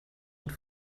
und